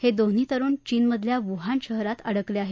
हे दोन्ही तरुण चीनमधल्या वुहान शहरात अडकले आहेत